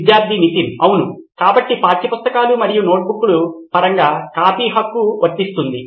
విద్యార్థి నితిన్ అవును కాబట్టి పాఠ్యపుస్తకాలు మరియు నోట్బుక్లు పరంగా కాపీ హక్కు వర్తిస్తుంది